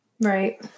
Right